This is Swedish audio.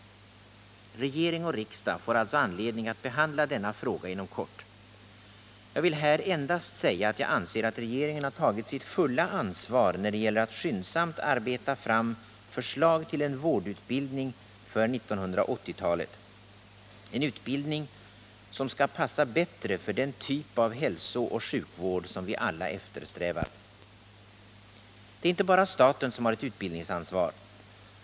Regering och riksdag får alltså anledning att behandla denna fråga inom kort. Jag vill här endast säga att jag anser att regeringen har tagit sitt fulla ansvar när det gäller att skyndsamt arbeta fram förslag till en vårdutbildning för 1980-talet, en utbildning som skall passa bättre för den typ av hälsooch sjukvård som vi alla eftersträvar. Det är inte bara staten som har ett utbildningsansvar.